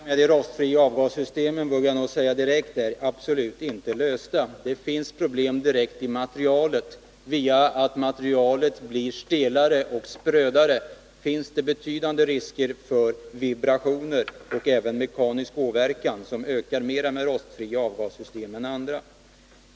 Fru talman! Jag vill redan från början säga att problemen med de rostfria avgassystemen absolut inte är lösta. Det finns problem när det gäller själva materialet. På grund av att materialet är stelare och sprödare finns det betydande risker för vibrationsskador och även mekanisk åverkan. Riskerna ökar mer vid rostfria avgassystem än vid system där andra material används.